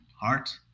heart